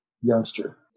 youngster